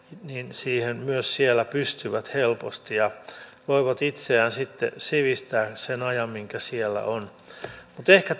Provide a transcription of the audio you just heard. siihen myös siellä pystyvät helposti ja voivat itseään sitten sivistää sen ajan minkä siellä ovat mutta ehkä